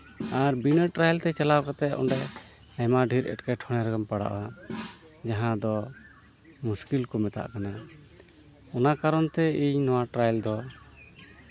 ᱟᱨ ᱵᱤᱱᱟ ᱴᱨᱟᱭᱟᱞ ᱛᱮ ᱪᱟᱞᱟᱣ ᱠᱟᱛᱮᱫ ᱚᱸᱰᱮ ᱟᱭᱢᱟ ᱰᱷᱮᱨ ᱮᱸᱴᱠᱮᱴᱚᱬᱮ ᱨᱮᱢ ᱯᱟᱲᱟᱜᱼᱟ ᱡᱟᱦᱟᱸ ᱫᱚ ᱢᱩᱥᱠᱤᱞ ᱠᱚ ᱢᱮᱛᱟᱫ ᱠᱟᱱᱟ ᱚᱱᱟ ᱠᱟᱨᱚᱱ ᱛᱮ ᱤᱧ ᱱᱚᱣᱟ ᱴᱨᱟᱭᱮᱞ ᱫᱚ